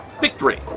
victory